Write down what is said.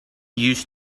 used